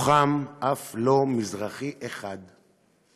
מתוכם אף לא מזרחי אחד.